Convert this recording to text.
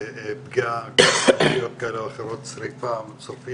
פגיעה ברשויות כאלה או אחרות, שריפה שורפים